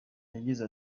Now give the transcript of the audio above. yagize